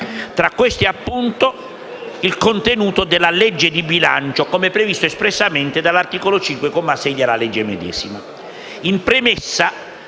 tra queste, appunto, «il contenuto della legge di bilancio», come previsto espressamente dall'articolo 15, comma 10, della medesima